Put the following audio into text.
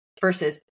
versus